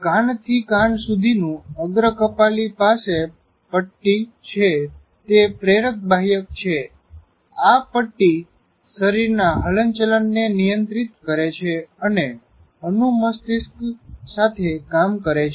કાન થી કાન સુધી અગ્ર કપાલી પાસે પટ્ટી છે તે પ્રેરક બાહ્યક છે આ પટ્ટી શરીરના હલનચનને નિયંત્રિત કરે છે અને અનુ મસ્તિષ્ક સાથે કામ કરે છે